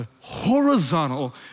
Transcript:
Horizontal